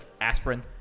aspirin